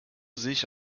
sich